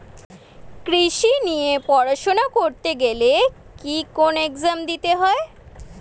কৃষি নিয়ে পড়াশোনা করতে গেলে কি কোন এগজাম দিতে হয়?